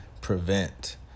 prevent